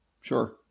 sure